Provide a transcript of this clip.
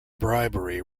bribery